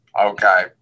Okay